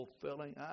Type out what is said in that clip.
fulfilling